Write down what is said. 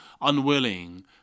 unwilling